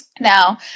Now